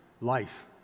life